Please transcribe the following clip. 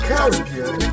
Caribbean